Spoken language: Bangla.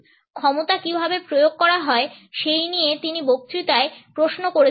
ক্ষমতা কীভাবে প্রয়োগ করা হয় সেই নিয়ে এই বক্তৃতায় তিনি প্রশ্ন করেছিলেন